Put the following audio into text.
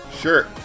sure